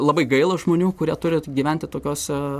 labai gaila žmonių kurie turi gyventi tokiose